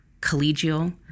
collegial